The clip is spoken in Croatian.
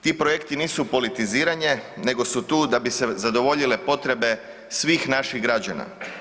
Ti projekti nisu politiziranje, nego su tu da bi se zadovoljile potrebe svih naših građana.